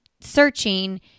searching